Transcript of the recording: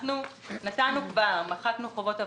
אנחנו נתנו כבר, מחקנו חובות עבר.